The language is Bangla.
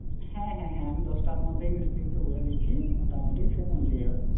হ্যাঁ হ্যাঁ হ্যাঁ আমি দশটার মধ্যেই মিস্ত্রিকে বলে দিচ্ছি মোটামুটি সে পৌঁছে যাবে